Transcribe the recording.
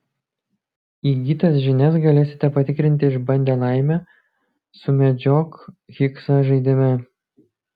įgytas žinias galėsite patikrinti išbandę laimę sumedžiok higsą žaidime